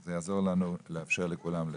זה יעזור לנו לאפשר לכולם לדבר.